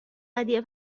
ودیعه